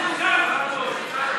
אנחנו דמוקרטיה.